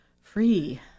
Free